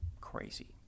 crazy